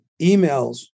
emails